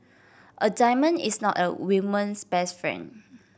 a diamond is not a woman's best friend